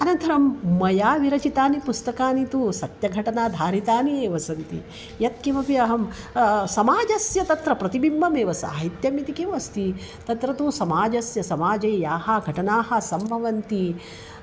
अनन्तरं मया विरचितानि पुस्तकानि तु सत्यघटनाधारितानि एव सन्ति यत्किमपि अहं समाजस्य तत्र प्रतिबिम्बमेव साहित्यम् इति किमस्ति तत्र तु समाजस्य समाजे याः घटनाः सम्भवन्ति